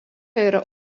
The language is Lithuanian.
yra